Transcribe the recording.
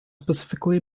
specifically